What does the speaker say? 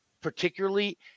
particularly